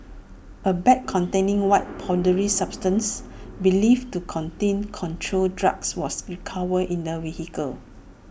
A bag containing white powdery substances believed to contain controlled drugs was recovered in the vehicle